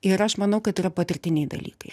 ir aš manau kad yra patirtiniai dalykai